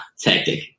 tactic